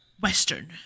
Western